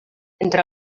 entre